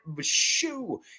shoo